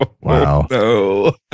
Wow